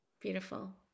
Beautiful